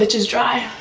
is dry!